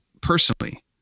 personally